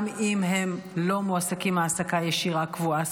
גם אם הם לא מועסקים בהעסקה ישירה קבועה,